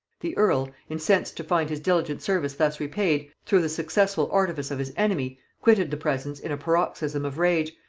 the earl, incensed to find his diligent service thus repaid, through the successful artifice of his enemy, quitted the presence in a paroxysm of rage,